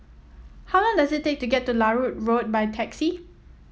how long does it take to get to Larut Road by taxi